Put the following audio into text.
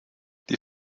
die